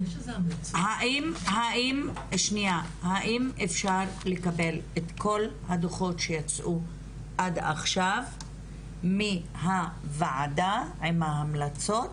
האם אפשר לקבל את כל הדוחו"ת שיצאו עד עכשיו מהוועדה עם ההמלצות?